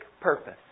purpose